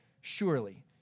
surely